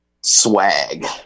swag